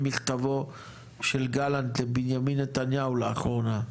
מכתבו של גלנט לבנימין נתניהו לאחרונה.